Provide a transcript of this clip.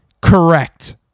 correct